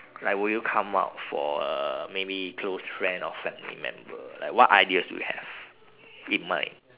like would you come up for uh maybe close friend or family member like what ideas do you have in mind